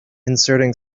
inserting